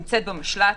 נמצאת במשלט,